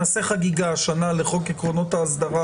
נעשה השנה חגיגה לחוק עקרונות ההסדרה